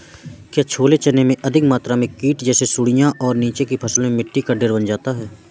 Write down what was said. क्या छोले चने में अधिक मात्रा में कीट जैसी सुड़ियां और नीचे की फसल में मिट्टी का ढेर बन जाता है?